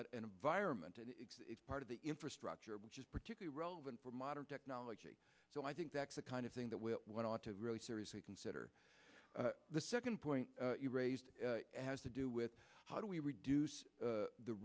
an environment and it's part of the infrastructure which is particularly relevant for modern technology so i think that's the kind of thing that we ought to really seriously consider the second point you raised has to do with how do we reduce the